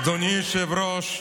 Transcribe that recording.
אדוני היושב-ראש,